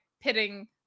pitting